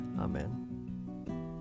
Amen